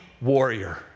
warrior